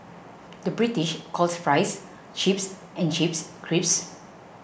the British calls Fries Chips and Chips Crisps